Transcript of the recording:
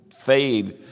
fade